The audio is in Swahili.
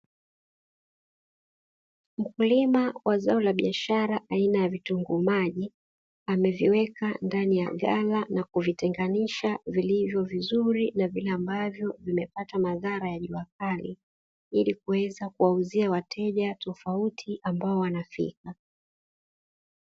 Mkulima wa zao la biashara aina ya vitunguu maji ameviweka ndani ya ghala na kuvitenganisha vilivyo vizuri, na vile ambavyo vimepatwa madhara ya jua kali ili kuweza kuwauzia wateja tofauti ambao wanafika.